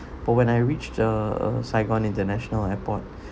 for when I reach the uh saigon international airport